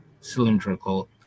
cylindrical